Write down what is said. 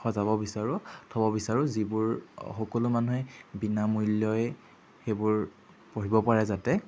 সজাব বিচাৰোঁ থ'ব বিচাৰোঁ যিবোৰ সকলো মানুহে বিনা মূল্যই সেইবোৰ পঢ়িব পাৰে যাতে